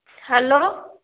hello